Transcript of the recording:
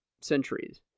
centuries